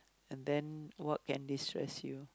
and then what can destress you